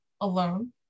alone